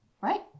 Right